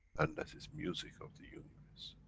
and that is music of the universe,